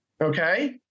okay